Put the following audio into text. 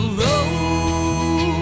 road